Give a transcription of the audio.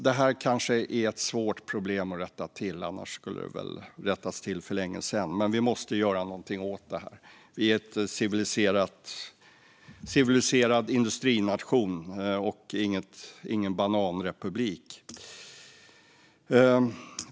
Det kanske är ett svårt problem att rätta till. Annars skulle det väl ha rättats till för länge sedan. Men vi måste göra någonting åt det. Vi är en civiliserad industrination och ingen bananrepublik.